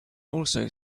also